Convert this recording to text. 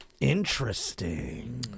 Interesting